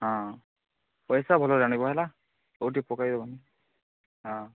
ହଁ ପଇସା ଭଲରେ ଆଣିବ ହେଲା କେଉଁଠି ପକାଇବନି ହଁ